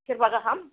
सेरबा गाहाम